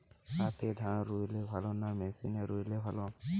হাতে ধান রুইলে ভালো না মেশিনে রুইলে ভালো?